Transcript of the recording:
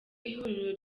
ihuriro